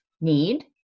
need